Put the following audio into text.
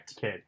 kid